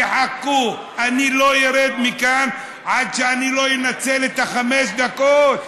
תחכו, אני לא ארד מכאן עד שאני אנצל את חמש הדקות.